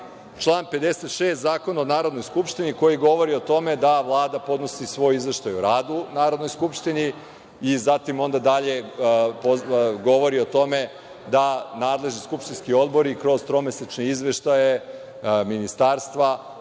član 56. Zakona o Narodnoj skupštini, koji govori o tome da Vlada podnosi svoj izveštaj o radu Narodnoj skupštini i zatim onda dalje govori o tome da nadležni skupštinski odbori kroz tromesečne izveštaje ministarstva